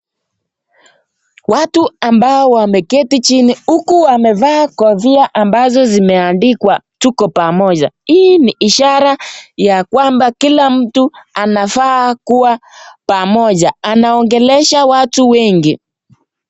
Watu ambao wameketi chini huku wamefaa kofia ambazo zimeandikwa tuko pamoja, hii ni ishara ya kwamba kila mtu anafaa kuwa pamoja anaongelesha watu wengi.